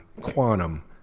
Quantum